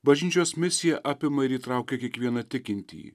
bažnyčios misija apima ir įtraukia kiekvieną tikintįjį